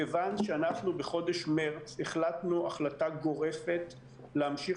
מכיוון שאנחנו בחודש מרץ החלטנו החלטה גורפת להמשיך